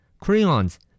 Crayons